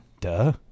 Duh